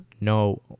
no